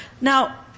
Now